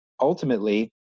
ultimately